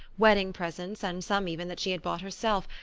wedding presents and some even that she had bought herself,